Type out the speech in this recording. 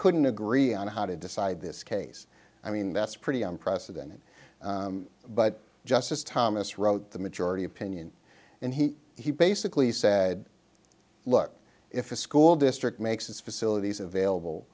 couldn't agree on how to decide this case i mean that's pretty unprecedented but justice thomas wrote the majority opinion and he he basically said look if a school district makes its facilities available